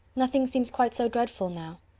nothing seems quite so dreadful now.